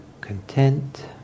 content